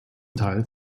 teil